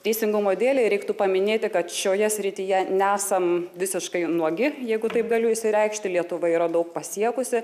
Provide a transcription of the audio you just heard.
teisingumo dėlei reiktų paminėti kad šioje srityje nesam visiškai nuogi jeigu taip galiu išsireikšti lietuva yra daug pasiekusi